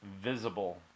visible